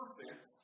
perfect